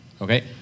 okay